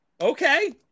Okay